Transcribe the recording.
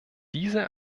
diese